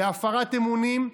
בהפרת אמונים,